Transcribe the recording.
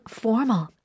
formal